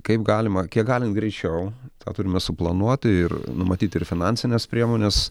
kaip galima kiek galint greičiau tą turime suplanuoti ir numatyti ir finansines priemones